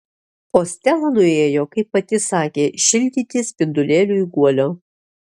o stela nuėjo kaip pati sakė šildyti spindulėliui guolio